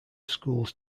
schools